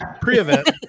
pre-event